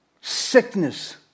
Sickness